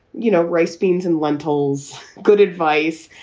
you know, rice, beans and lentils. good advice.